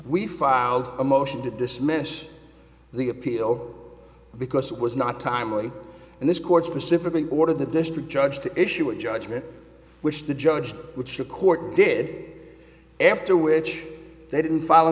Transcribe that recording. we filed a motion to dismiss the appeal because it was not timely and this court specifically ordered the district judge to issue a judgment which the judge which the court did after which they didn't f